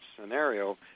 scenario